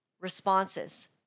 responses